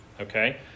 okay